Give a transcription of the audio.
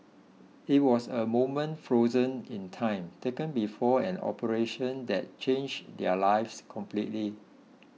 it was a moment frozen in time taken before an operation that changed their lives completely